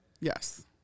Yes